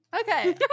Okay